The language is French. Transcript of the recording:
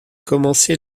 commencé